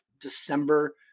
December